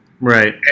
Right